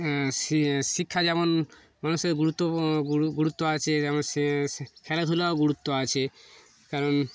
শিক্ষা যেমন মানুষের গুরুত্ব গুরুত্ব আছে যেমন সে খেলাধুলাও গুরুত্ব আছে কারণ